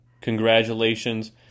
congratulations